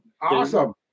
Awesome